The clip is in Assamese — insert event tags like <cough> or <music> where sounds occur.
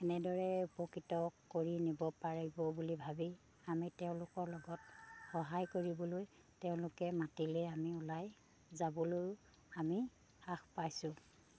এনেদৰে উপকৃত কৰি নিব পাৰিব বুলি ভাবি আমি তেওঁলোকৰ লগত সহায় কৰিবলৈ তেওঁলোকে মাতিলে আমি ওলাই যাবলৈ আমি <unintelligible> পাইছোঁ